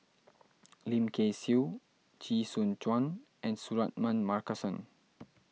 Lim Kay Siu Chee Soon Juan and Suratman Markasan